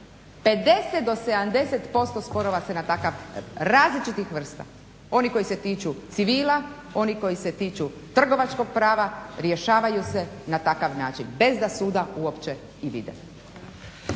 50 do 70% sporova se ne takav, različitih vrsta, oni koji se tiču civila, oni koji se tiču trgovačkog prava rješavaju se na takav način bez da suda uopće i vide.